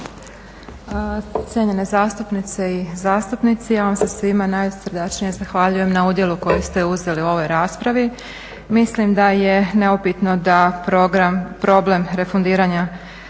Hvala i vama